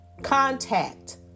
contact